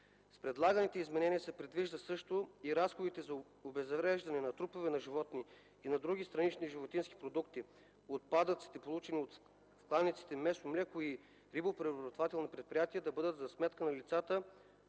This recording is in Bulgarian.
С предлаганите изменения се предвижда също и разходите за обезвреждане на труповете на животни и на други странични животински продукти (отпадъците, получени в кланици, месо - млеко- и рибопреработвателни предприятия) да бъдат за сметка на лицата,